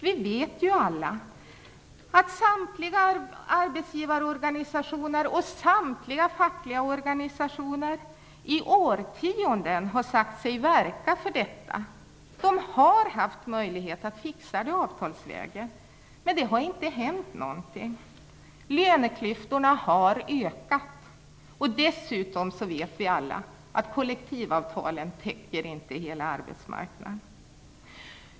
Vi vet ju alla att samtliga arbetsgivarorganisationer och samtliga fackliga organisationer har sagt sig verka för detta i årtionden. De har haft möjlighet att besvara dessa frågor avtalsvägen. Men det har inte hänt någonting. Löneklyftorna har ökat. Dessutom vet vi alla att kollektivavtalen inte täcker in hela arbetsmarknaden.